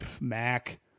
Mac